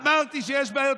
אמרתי שיש בעיות,